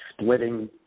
splitting